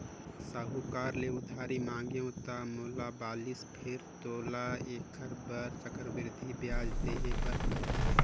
साहूकार ले उधारी मांगेंव त मोला बालिस फेर तोला ऐखर बर चक्रबृद्धि बियाज देहे बर परही